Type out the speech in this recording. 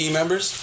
members